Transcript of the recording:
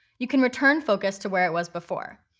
you can return focus to where it was before.